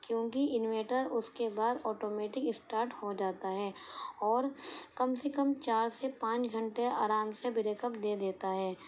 کیوںکہ انویٹر اس کے بعد آٹومیٹک اسٹارٹ ہو جاتا ہے اور کم سے کم چار سے پانچ گھنٹے آرام سے بریک اپ دے دیتا ہے